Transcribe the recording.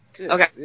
Okay